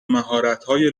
مهراتهای